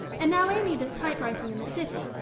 and now amy does type-writing in the city,